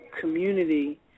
community